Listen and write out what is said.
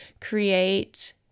create